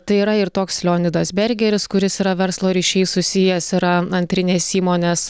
tai yra ir toks leonidas bergeris kuris yra verslo ryšiais susijęs yra antrinės įmonės